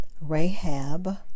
Rahab